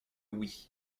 oui